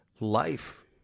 life